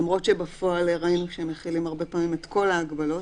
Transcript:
למרות שבפועל ראינו שהם מחילים הרבה פעמים את כל ההגבלות,